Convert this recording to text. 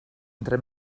entre